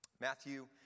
Matthew